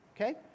Okay